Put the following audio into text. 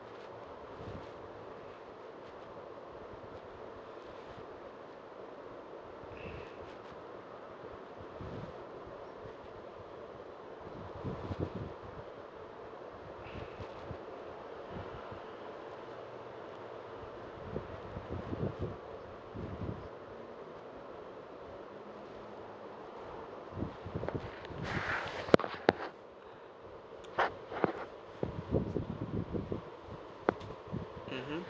mmhmm